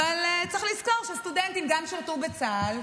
אבל צריך לזכור שסטודנטים גם שירתו בצה"ל,